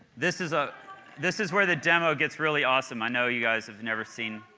this is ah this is where the demo gets really awesome i know you guys have never seen